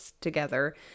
together